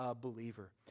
believer